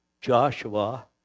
Joshua